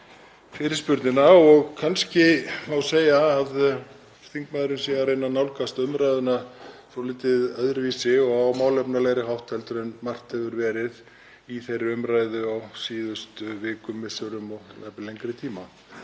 fyrirspurnina. Kannski má segja að þingmaðurinn sé að reyna að nálgast umræðuna svolítið öðruvísi og á málefnalegri hátt heldur en margt hefur verið í þeirri umræðu á síðustu vikum, misserum og jafnvel lengri tíma.